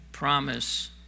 Promise